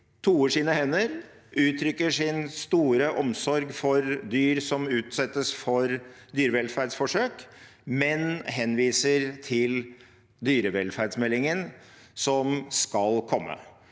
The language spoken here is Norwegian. toer sine hender og uttrykker stor omsorg for dyr som utsettes for dyreforsøk, men henviser til dyrevelferdsmeldingen som skal komme.